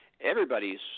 everybody's